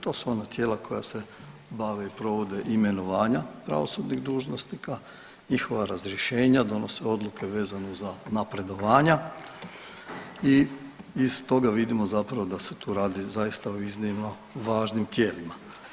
To su ona tijela koja se bave i provede imenovanja pravosudnih dužnosnika, njihova razrješenja, donose odluke vezano za napredovanja i iz toga vidimo da se tu radi zaista o iznimno važnim tijelima.